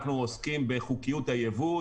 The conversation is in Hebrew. אנחנו עוסקים בחוקיות היבוא.